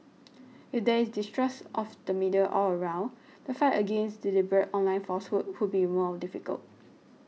if there is distrust of the media all around the fight against deliberate online falsehoods will be more difficult